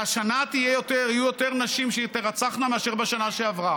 והשנה תהיינה יותר נשים שתירצחנה מאשר בשנה שעברה.